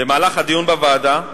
במהלך הדיון בוועדה,